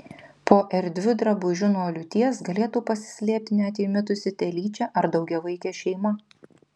po erdviu drabužiu nuo liūties galėtų pasislėpti net įmitusi telyčia ar daugiavaikė šeima